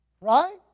Right